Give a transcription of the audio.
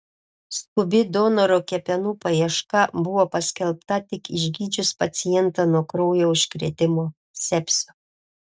skubi donoro kepenų paieška buvo paskelbta tik išgydžius pacientą nuo kraujo užkrėtimo sepsio